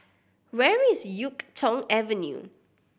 where is Yuk Tong Avenue